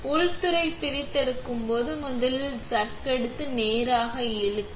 உள்துறை பிரித்தெடுக்கும் போது முதலில் சக் எடுத்து நேராக இழுக்க